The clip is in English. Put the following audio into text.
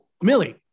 Millie